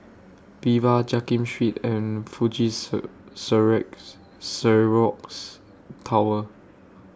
Viva Jiak Kim Street and Fuji Xerox Tower